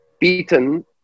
beaten